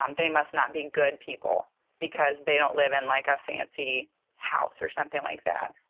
um they must not be good people because they don't live in, like, a fancy house or something like that.